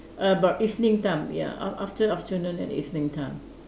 about evening time ya a~ after afternoon and evening time